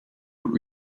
would